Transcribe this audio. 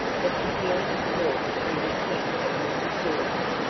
but to hear him talk you would think it was his daughter.